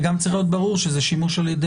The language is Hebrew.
וגם צריך להיות ברור שזה שימוש על ידי